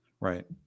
right